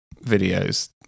videos